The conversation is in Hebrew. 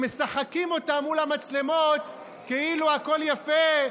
הם משחקים אותה מול המצלמות כאילו הכול יפה,